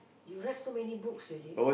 you read so many books already